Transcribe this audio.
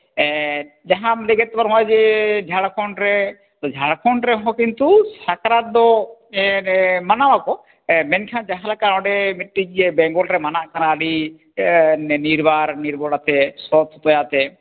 ᱡᱟᱦᱟᱢ ᱞᱟᱹᱭ ᱠᱮᱫ ᱱᱚᱜᱼᱚᱭ ᱡᱮ ᱡᱷᱟᱲᱠᱷᱚᱸᱫ ᱨᱮ ᱡᱷᱟᱲᱠᱷᱚᱸᱰ ᱨᱮᱦᱚᱸ ᱠᱤᱱᱛᱩ ᱥᱟᱠᱨᱟᱛ ᱫᱚ ᱢᱟᱱᱟᱣᱟᱠᱚ ᱢᱮᱱᱠᱷᱟᱱ ᱡᱟᱦᱟᱸᱞᱮᱠᱟ ᱚᱸᱰᱮ ᱢᱤᱫᱴᱤᱡ ᱵᱮᱝᱜᱚᱞ ᱨᱮ ᱢᱟᱱᱟᱜ ᱠᱟᱱᱟ ᱟᱹᱰᱤ ᱱᱤᱨᱵᱟᱲ ᱱᱤᱨᱵᱚᱲᱟᱛᱮ ᱥᱚᱛᱚᱛᱟᱣᱟᱛᱮ